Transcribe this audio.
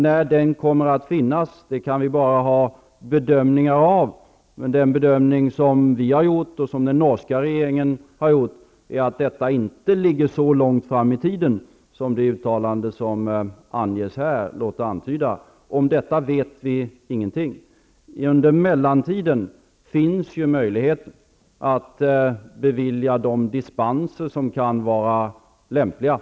När den kommer att finnas kan vi bara ha bedömningar av. Den bedömning som vi och den norska regeringen har gjort är att detta inte ligger i så långt fram i tiden som det uttalande som gjordes här lät antyda. Om detta vet vi ingenting. Under mellantiden finns ju möjlighet att bevilja de dispenser som kan vara lämpliga.